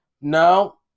No